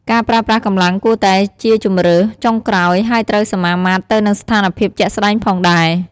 ការប្រើប្រាស់កម្លាំងគួរតែជាជម្រើសចុងក្រោយ ហើយត្រូវសមាមាត្រទៅនឹងស្ថានភាពជាក់ស្តែងផងដែរ។